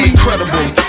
Incredible